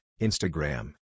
Instagram